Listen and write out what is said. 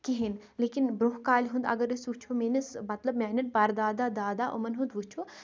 کِہیٖنۍ لیکِن برونٛہہ کالہِ ہُنٛد اگر أسۍ وٕچھو میٛٲنِس مطلب میٛانٮ۪ن پردادا دادا إمَن ہُنٛد وٕچھو